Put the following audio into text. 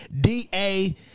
DA